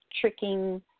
tricking